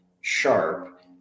sharp